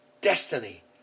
destiny